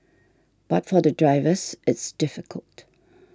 but for the drivers it's difficult